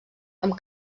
amb